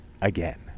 again